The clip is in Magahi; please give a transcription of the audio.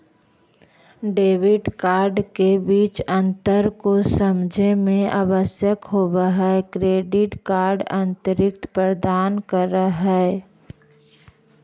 डेबिट कार्ड के बीच अंतर को समझे मे आवश्यक होव है क्रेडिट कार्ड अतिरिक्त प्रदान कर है?